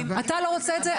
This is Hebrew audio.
אתה לא רוצה את זה.